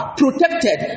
protected